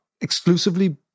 exclusively